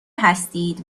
هستید